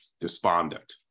despondent